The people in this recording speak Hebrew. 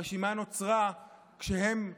הרשימה נוצרה כשהם הגיעו,